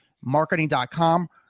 marketing.com